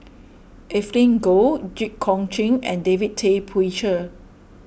Evelyn Goh Jit Koon Ch'ng and David Tay Poey Cher